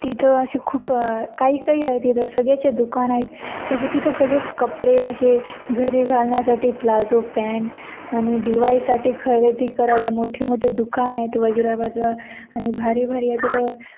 तिथं असे खूप काही काही आहे तिथं सगळ्याचे दुकान आहेत सगळे तिथं सगळे कपडे असे घरी घालण्यासाठी प्लाजो पॅन्ट आणि दिवाळीसाठी खरेदी करायला मोठे मोठे दुकान आहेत वजिराबादला आणि भारी भारी आहे तिथं